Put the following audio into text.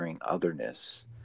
otherness